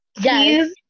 Yes